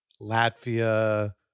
Latvia